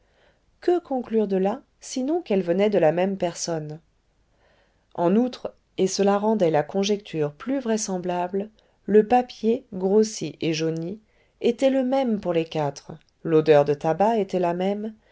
que conclure de là sinon qu'elles venaient de la même personne en outre et cela rendait la conjecture plus vraisemblable le papier grossier et jauni était le même pour les quatre l'odeur de tabac était la même